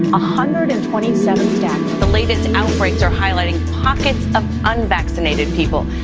ah hundred and twenty so the latest outbreaks are highlighting pockets of unvaccinated people.